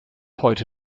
heute